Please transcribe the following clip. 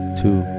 two